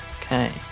Okay